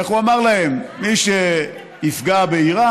איך הוא אמר להם, מי שיפגע באיראן,